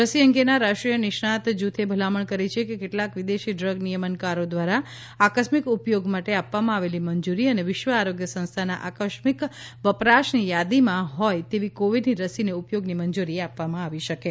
રસી અંગેના રાષ્ટ્રીય નિષ્ણાત જૂથે ભલામણ કરી છે કે કેટલાક વિદેશી ડ્રગ નિયમનકારો દ્વારા આકસ્મિક ઉપયોગ માટે આપવામાં આવેલી મંજુરી અને વિશ્વ આરોગ્ય સંસ્થાના આકસ્મિક વપરાશની યાદીમાં હોય તેવી કોવિડની રસીને ઉપયોગની મંજૂરી આપવામાં આવી શકે છે